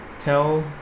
tell